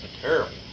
terrible